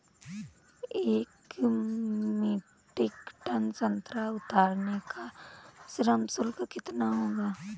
एक metric tonne संतरा उतारने का श्रम शुल्क कितना होगा?